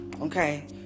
okay